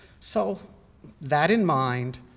so that in mind,